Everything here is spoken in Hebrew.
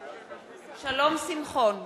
שלום שמחון,